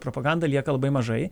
propaganda lieka labai mažai